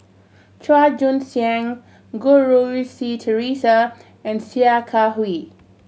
Chua Joon Siang Goh Rui Si Theresa and Sia Kah Hui